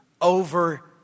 over